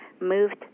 moved